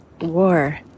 war